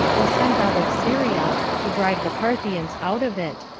was sent out of syria, to drive the parthians out of it,